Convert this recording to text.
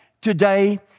today